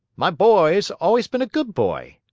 my boy's always been a good boy.